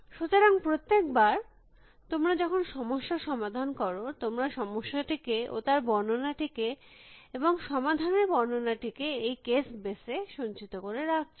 সুতরাং প্রত্যেক বার তোমরা যখন সমস্যা সমাধান কর তোমরা সমস্যাটিকে ও তার বর্ণনা টিকে এবং সমাধানের বর্ণনা টিকে এই কেস বেস এ সঞ্চিত করে রাখছ